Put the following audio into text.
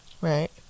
right